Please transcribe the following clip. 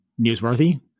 newsworthy